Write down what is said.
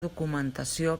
documentació